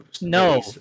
No